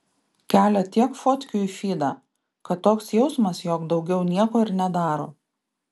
kelia tiek fotkių į fydą kad toks jausmas jog daugiau nieko ir nedaro